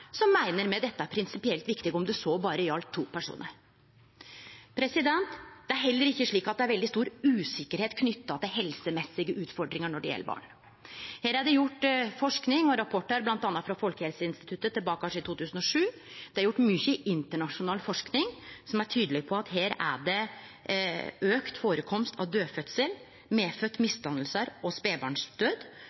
så meiner me dette er prinsipielt viktig om det så berre gjaldt to personar. Det er heller ikkje slik at det er veldig stor usikkerheit knytt til helsemessige utfordringar når det gjeld barn. Her har ein forsking og rapportar, bl.a. frå Folkehelseinstituttet tilbake i 2007. Det er gjort mykje internasjonal forsking som er tydeleg på at det er auka førekomst av dødfødsel, medfødde misdanningar og